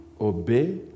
obey